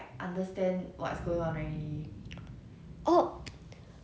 rebellion the rebellion they went back to fight the capitol right